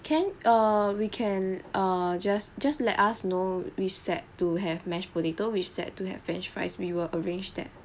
can err we can uh just just let us know which set to have mashed potato which set to have french fries we will arrange that